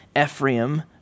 Ephraim